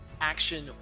action